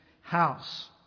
house